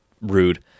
rude